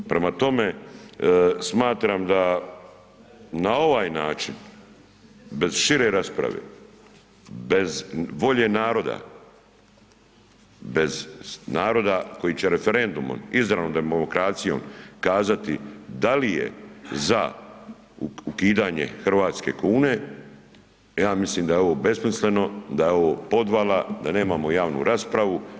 Prema tome, smatram da na ovaj način bez šire rasprave, bez volje naroda, bez naroda koji će referendumom, izravno demokracijom kazati da li je za ukidanje hrvatske kune i ja mislim da je ovo besmisleno, da je ovo podvala, da nemamo javnu raspravu.